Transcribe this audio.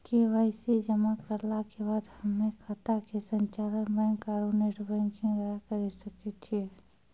KYC जमा करला के बाद हम्मय खाता के संचालन बैक आरू नेटबैंकिंग द्वारा करे सकय छियै?